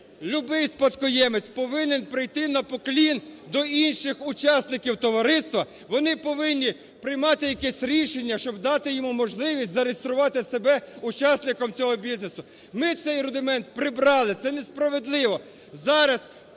любий спадкоємець повинен прийти на поклін до інших учасників товариства. Вони повинні приймати якесь рішення, щоб дати йому можливість зареєструвати себе учасником цього бізнесу. Ми цей рудимент прибрали, це несправедливо. Зараз